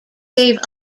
gave